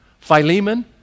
Philemon